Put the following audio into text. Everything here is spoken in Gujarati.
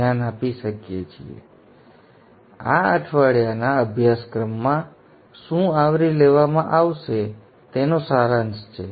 તેથી આ અઠવાડિયાના અભ્યાસક્રમમાં શું આવરી લેવામાં આવશે તેનો સારાંશ છે